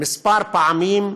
כמה פעמים,